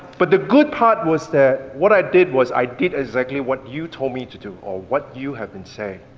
but the good part was that what i did was i did exactly what you told me to do, or what you had been saying.